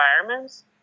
environments